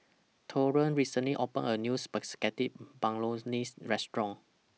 Taurean recently opened A New Spaghetti Bolognese Restaurant